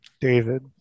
David